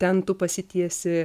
ten tu pasitiesi